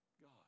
God